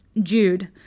Jude